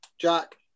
Jack